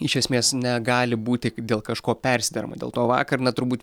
iš esmės negali būti dėl kažko persiderama dėl to vakar na turbūt